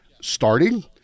Starting